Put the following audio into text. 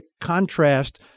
contrast